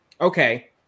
okay